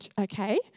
okay